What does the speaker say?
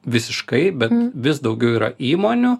visiškai bet vis daugiau yra įmonių